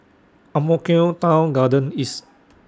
Ang Mo Kio Town Garden East